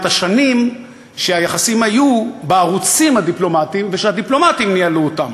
את השנים שהיחסים היו בערוצים הדיפלומטיים והדיפלומטים ניהלו אותם.